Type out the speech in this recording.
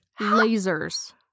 Lasers